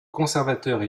conservateurs